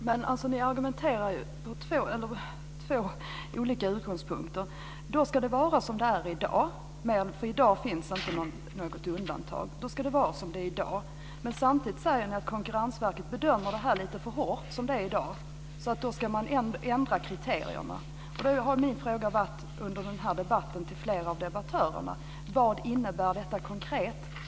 Herr talman! Ni argumenterar från två olika utgångspunkter. Det ska alltså vara som det är i dag, för i dag finns det inte något undantag. Men samtidigt säger ni att Konkurrensverket bedömer detta lite för hårt i dag, och då ska man ändra kriterierna. Då har min fråga till flera av debattörerna under den här debatten varit: Vad innebär detta konkret?